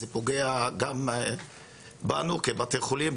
זה פוגע גם בנו כבתי חולים,